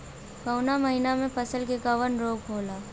कवना मौसम मे फसल के कवन रोग होला?